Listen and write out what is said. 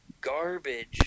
garbage